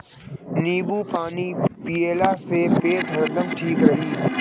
नेबू पानी पियला से पेट हरदम ठीक रही